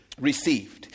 received